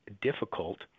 difficult